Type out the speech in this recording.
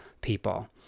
people